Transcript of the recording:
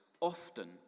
often